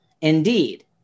Indeed